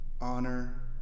honor